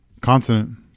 Consonant